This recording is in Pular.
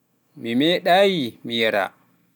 Mi meɗaayi mi yaara.